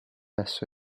esso